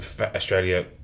Australia